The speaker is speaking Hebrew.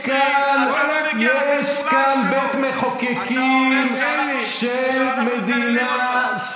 יש כאן בית מחוקקים של מדינה,